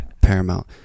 paramount